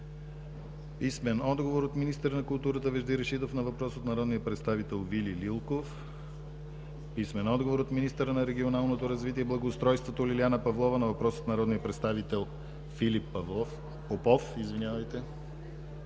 писмен отговор от министъра на културата Вежди Рашидов на въпрос от народния представител Вили Лилков; - писмен отговор от министъра на регионалното развитие и благоустройството Лиляна Павлова на въпрос от народния представител Филип Попов; - писмен